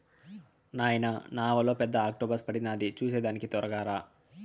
నాయనా నావలో పెద్ద ఆక్టోపస్ పడినాది చూసేదానికి తొరగా రా